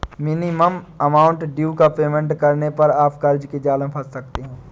minimum amount due का payment करने पर आप कर्ज के जाल में फंस सकते हैं